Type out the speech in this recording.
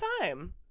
time